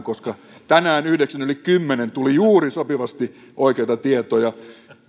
koska tänään kymmenen piste nolla yhdeksän tuli juuri sopivasti oikeita tietoja